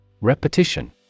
Repetition